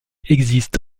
existe